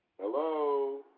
Hello